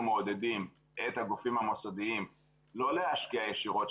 מעודדים את הגופים המוסדיים לא להשקיע ישירות,